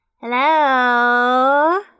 hello